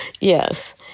Yes